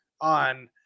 on